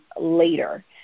later